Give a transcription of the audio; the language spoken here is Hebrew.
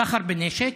בסחר בנשק,